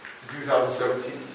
2017